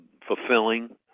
fulfilling